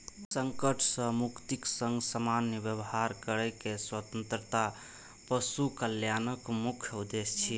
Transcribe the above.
संकट सं मुक्तिक संग सामान्य व्यवहार करै के स्वतंत्रता पशु कल्याणक मुख्य उद्देश्य छियै